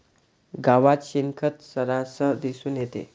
गावात शेणखत सर्रास दिसून येते